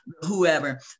whoever